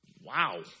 Wow